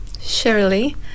Surely